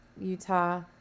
Utah